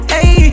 Hey